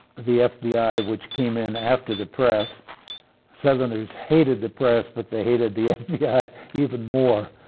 the fbi, which came in after the press southerners hated the press but they hated the fbi even more.